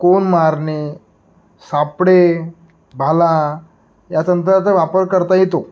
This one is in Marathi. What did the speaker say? कोन मारणे सापडे भाला या तंत्राचा वापर करता येतो